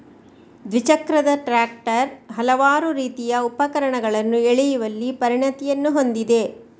ದ್ವಿಚಕ್ರದ ಟ್ರಾಕ್ಟರ್ ಹಲವಾರು ರೀತಿಯ ಉಪಕರಣಗಳನ್ನು ಎಳೆಯುವಲ್ಲಿ ಪರಿಣತಿಯನ್ನು ಹೊಂದಿದೆ